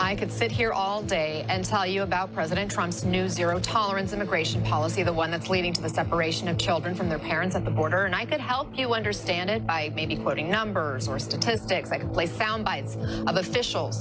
could sit here all day and tell you about president trunks new zero tolerance immigration policy the one that's leading to the separation of children from their parents at the border and i can help you understand it i may be putting numbers or statistics that way sound bites of official